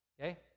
okay